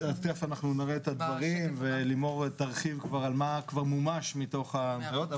תיכף אנחנו נראה את הדברים ולימור תרחיב על מה כבר מומש מתוך ההנחיות,